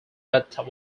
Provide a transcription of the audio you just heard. but